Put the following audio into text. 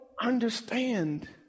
understand